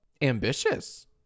Ambitious